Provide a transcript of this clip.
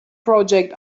project